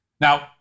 Now